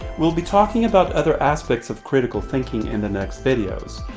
we'll be talking about other aspects of critical thinking in the next videos.